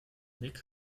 nick